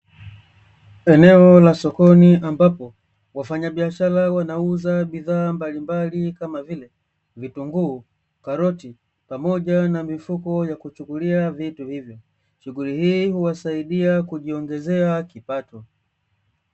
Eneo la sokoni ambapo wafanya biashara wanauza bidhaa mbalimbali kama vile vitunguu, karoti pamoja na mifuko ya kuchukulia vitu hivyo. Shughuli hii huwasaidia kujiongezea kipato.